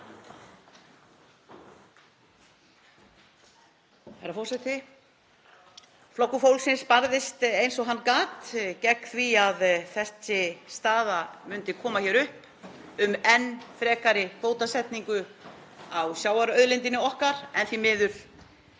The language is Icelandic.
Herra forseti. Flokkur fólksins barðist eins og hann gat gegn því að þessi staða myndi koma upp um enn frekari kvótasetningu á sjávarauðlindinni okkar. En því miður